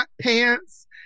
pants